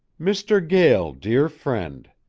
mister gael, dere frend,